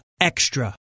Extra